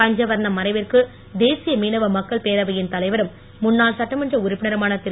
பஞ்சவரணம் மறைவிற்கு தேசிய மீனவ மக்கள் பேரவையின் தலைவரும் முன்னாள் சட்டமன்ற உறுப்பினருமான திரு